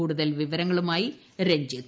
കൂടുതൽ വിവരങ്ങളുമായി രഞ്ജിത്ത്